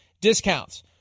discounts